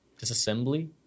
Disassembly